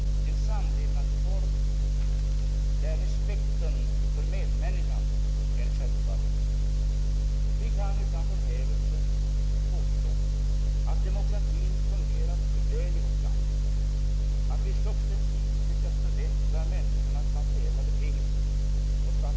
Vi kan utan förhävelse påstå att demokratin fungerat väl i vårt land, att vi successivt lyckats förbättra människornas materiella betingelser och skapa respekt för de demokratiska grundprinciperna.